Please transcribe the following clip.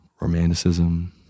romanticism